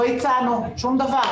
לא הצענו שום דבר.